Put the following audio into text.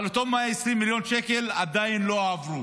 אבל אותם 120 מיליון שקל עדיין לא הועברו,